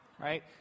right